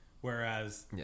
whereas